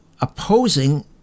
opposing